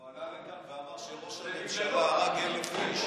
הוא עלה לכאן ואמר שראש הממשלה הרג 1,000 איש,